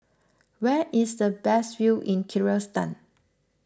where is the best view in Kyrgyzstan